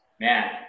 man